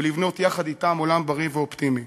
ולבנות יחד אתם עולם בריא ואופטימי.